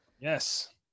Yes